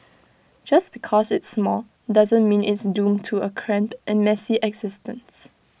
just because it's small doesn't mean it's doomed to A cramped and messy existence